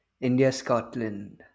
India-Scotland